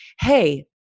hey